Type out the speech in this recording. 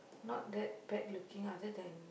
not that bad looking lah just that